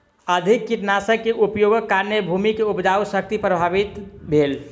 अधिक कीटनाशक के उपयोगक कारणेँ भूमि के उपजाऊ शक्ति प्रभावित भेल